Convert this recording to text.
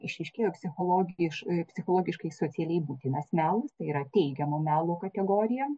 išryškėjo psichologiš psichologiškai socialiai būtinas melas tai yra teigiamo melo kategorija